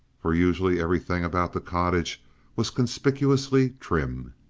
for usually everything about the cottage was conspicuously trim.